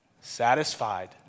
satisfied